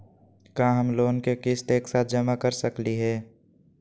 का हम लोन के किस्त एक साथ जमा कर सकली हे?